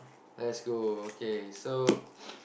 let's go okay so